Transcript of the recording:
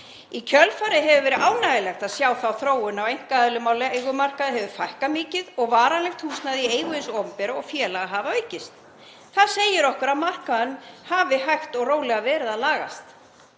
Í kjölfarið hefur verið ánægjulegt að sjá þá þróun að einkaaðilum á leigumarkaði hefur fækkað mikið og varanlegt húsnæði í eigu hins opinbera og félaga hefur aukist. Það segir okkur að markaðurinn hafi hægt og rólega verið að lagast.